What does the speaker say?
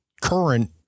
current